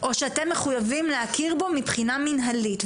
או שאתם מחוייבים להכיר בו מבחינה מינהלית?